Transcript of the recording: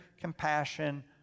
compassion